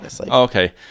okay